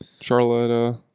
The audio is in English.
Charlotte